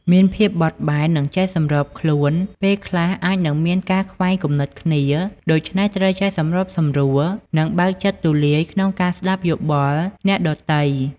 មានភាពបត់បែន និងចេះសម្របខ្លួន ពេលខ្លះអាចនឹងមានការខ្វែងគំនិតគ្នា ដូច្នេះត្រូវចេះសម្របសម្រួល និងបើកចិត្តទូលាយក្នុងការស្តាប់យោបល់អ្នកដទៃ។